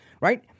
right